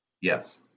Yes